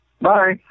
bye